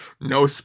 No